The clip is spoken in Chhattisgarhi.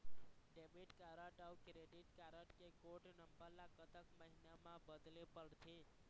डेबिट कारड अऊ क्रेडिट कारड के कोड नंबर ला कतक महीना मा बदले पड़थे?